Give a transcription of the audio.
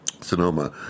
Sonoma